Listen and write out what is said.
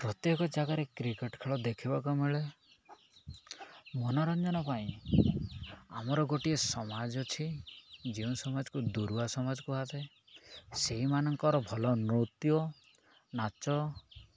ପ୍ରତ୍ୟେକ ଜାଗାରେ କ୍ରିକେଟ ଖେଳ ଦେଖିବାକୁ ମିଳେ ମନୋରଞ୍ଜନ ପାଇଁ ଆମର ଗୋଟିଏ ସମାଜ ଅଛି ଯେଉଁ ସମାଜକୁ ଦୂରୁଆ ସମାଜ କୁହାଯାଏ ସେଇମାନଙ୍କର ଭଲ ନୃତ୍ୟ ନାଚ